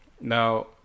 Now